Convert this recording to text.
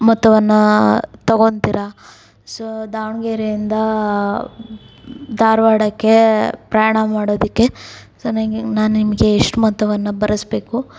ಮೊತ್ತವನ್ನು ತೊಗೋತೀರ ಸೊ ದಾವಣಗೆರೆಯಿಂದ ಧಾರವಾಡಕ್ಕೆ ಪ್ರಯಾಣ ಮಾಡೋದಕ್ಕೆ ಸೊ ನಿಮಗೆ ನಾನು ನಿಮಗೆ ಎಷ್ಟು ಮೊತ್ತವನ್ನು ಭರಿಸ್ಬೇಕು